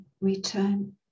return